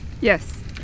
Yes